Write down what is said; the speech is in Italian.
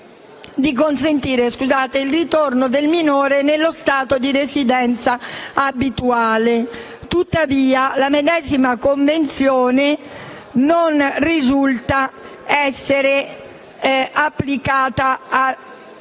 il ritorno del minore nello Stato di residenza abituale. Tuttavia, la medesima Convenzione non risulta essere applicata